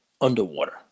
underwater